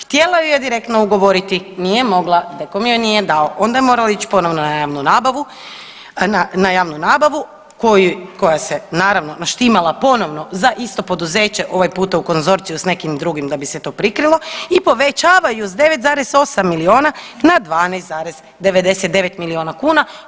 Htjela ju je direktno ugovoriti, nije mogla, DKOM joj nije dao, onda je morala ići ponovno na javnu nabavu koja se naravno naštimala ponovno za isto poduzeće ovaj puta u konzorciju sa nekim drugim da bi se to prikrilo i povećavaju sa 9,8 milijuna na 12,99 milijuna kuna.